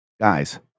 guys